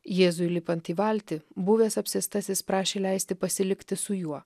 jėzui lipant į valtį buvęs apsėstasis prašė leisti pasilikti su juo